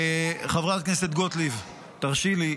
--- חברת הכנסת גוטליב, תרשי לי,